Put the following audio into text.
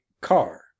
car